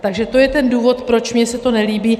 Takže to je ten důvod, proč mně se to nelíbí.